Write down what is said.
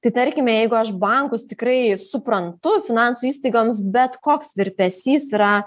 tai tarkime jeigu aš bankus tikrai suprantu finansų įstaigoms bet koks virpesys yra